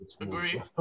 Agree